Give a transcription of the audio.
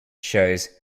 shows